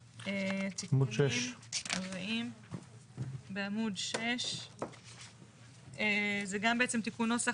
עמוד 6. בעמוד 6 זה גם בעצם תיקון נוסח.